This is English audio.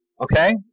okay